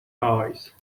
eyes